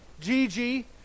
Gigi